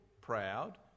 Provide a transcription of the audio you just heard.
proud